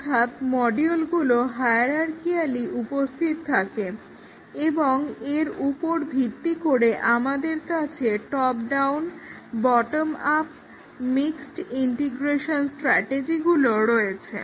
অর্থাৎ মডিউলগুলো হায়ারার্কিয়ালি উপস্থিত থাকে এবং এর উপর ভিত্তি করে আমাদের কাছে top down bottom up mixed integration স্ট্র্যাটেজিগুলো রয়েছে